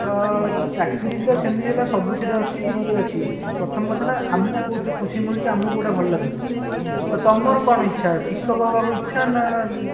ତ ଚାକିରି ତ ସେମିତି ହେଲେ ସବୁଥିରେ ଅଛି ଇଏ ଅଛି ପ୍ରଥମ କଥା ହେଲା ଆମକୁ କେଉଁଥିରେ ଖୁସି ମିଳୁଛି ଆମକୁ କେଉଁଟା ଭଲ ଲାଗୁଛି ତ ତୁମର କ'ଣ ଇଚ୍ଛା ଶିକ୍ଷକ ହେବାକୁ ଇଚ୍ଛା ନା